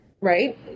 right